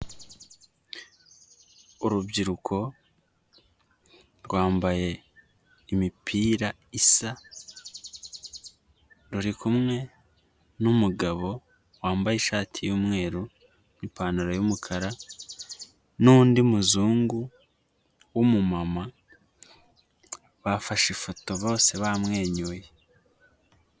Urubyiruko rwambaye imipira isa, ruri kumwe n'umugabo wambaye ishati y'umweru n'ipantaro y'umukara n'undi muzungu w'umumama, bafashe ifoto bose bamwenyuye.